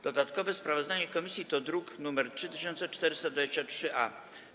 Dodatkowe sprawozdanie komisji to druk nr 3423-A.